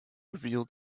revealed